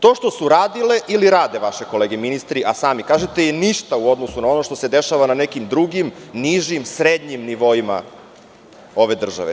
To što su radili ili rade vaše kolege ministri, a sami kažete, je ništa u odnosu na ono što se dešava na nekim drugim nižim, srednjim nivoima ove države.